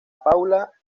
paula